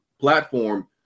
platform